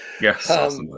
yes